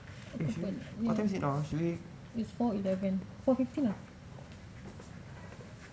it's four eleven four fifteen ah